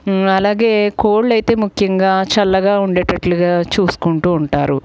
అలాగే కోళ్ళైయితే ముఖ్యంగా చల్లగా ఉండేటట్లుగా చూసుకుంటూ ఉంటారు